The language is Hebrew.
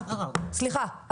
סליחה,